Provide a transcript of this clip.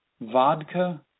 Vodka